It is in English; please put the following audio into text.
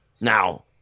Now